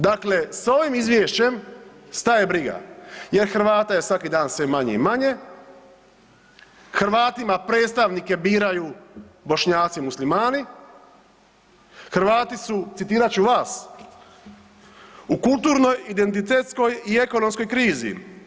Dakle, s ovim izvješćem staje briga jer Hrvata je svaki dan sve manje i manje, Hrvatima predstavnike biraju Bošnjaci Muslimani, Hrvati su citirat ću vas „u kulturnoj identitetskoj i ekonomskoj krizi.